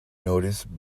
noticed